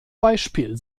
beispiel